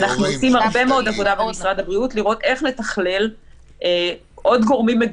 אנחנו עושים הרבה מאוד עבודה במשרד הבריאות לראות איך לתכלל עוד גורמים.